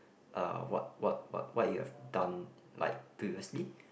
uh what what what what you have done like previously